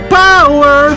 power